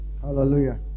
Hallelujah